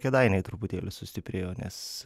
kėdainiai truputėlį sustiprėjo nes